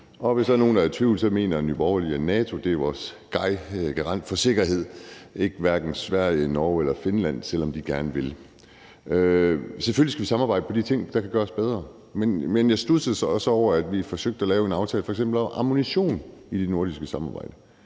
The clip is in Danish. Og hvis nogen skulle være i tvivl, mener Nye Borgerlige, at NATO er vores garant for sikkerhed; det er hverken Sverige, Norge eller Finland, selv om de gerne vil. Selvfølgelig skal vi samarbejde om de ting, der kan gøres bedre, men jeg studsede over, at vi forsøgte at lave en aftale om f.eks. ammunition i det nordiske samarbejde.